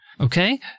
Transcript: okay